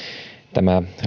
tämä